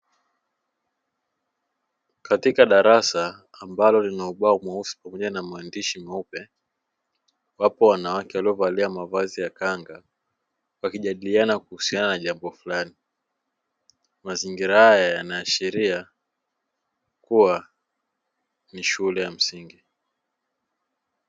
Katika darasa ambalo lina ubao mweusi pamoja na maandishi meupe, wapo wanawake waliovaa kanga wakijadiliana jambo fulani. Mazingira haya yanaashiria kuwa ni shule ya msingi.